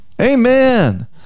amen